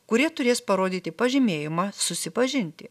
kurie turės parodyti pažymėjimą susipažinti